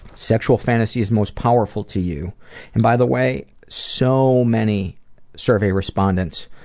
sexual fantasies most powerful to you and by the way, so many survey respondents